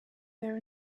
there